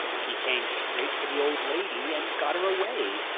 he came straight for the old lady, and got her away.